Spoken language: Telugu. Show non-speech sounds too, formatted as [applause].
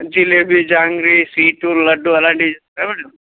జిలేబీ జాంగ్రీ సీటుూ లడ్డు అలాంటి [unintelligible]